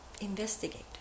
investigate